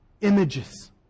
images